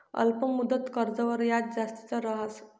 अल्प मुदतनं कर्जवर याज जास्ती रहास